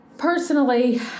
Personally